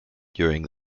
during